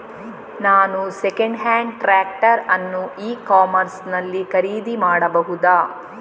ನಾನು second hand tractor ಅನ್ನು e commerce ನಲ್ಲಿ ಖರೀದಿ ಮಾಡಬಹುದಾ?